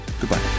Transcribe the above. goodbye